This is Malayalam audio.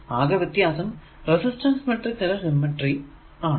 അകെ വ്യത്യാസം റെസിസ്റ്റൻസ് മാട്രിക്സ് ലെ സിമെട്രി ആണ്